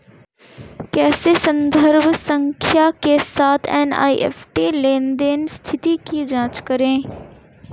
कैसे संदर्भ संख्या के साथ एन.ई.एफ.टी लेनदेन स्थिति की जांच करें?